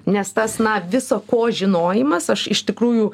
nes tas na visa ko žinojimas aš iš tikrųjų